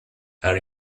are